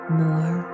more